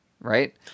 right